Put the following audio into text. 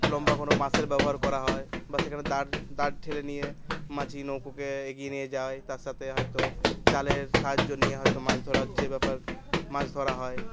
লম্বা কোনো বাঁশের ব্যবহার করা হয় বা সেখানে দাড় দাঁড় ঠেলে নিয়ে মাঝি নৌকোকে এগিয়ে নিয়ে যায় তার সাথে হয়তো জালের সাহায্য নিয়ে হয়তো মাছ ধরার যে ব্যাপার মাছ ধরা হয়